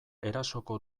erasoko